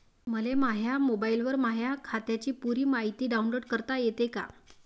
मले माह्या मोबाईलवर माह्या खात्याची पुरी मायती डाऊनलोड करता येते का?